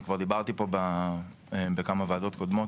אני כבר דיברתי פה בכמה וועדות קודמות.